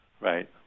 Right